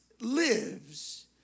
lives